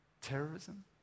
Terrorism